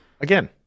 Again